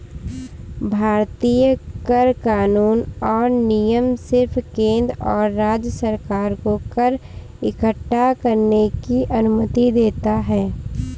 भारतीय कर कानून और नियम सिर्फ केंद्र और राज्य सरकार को कर इक्कठा करने की अनुमति देता है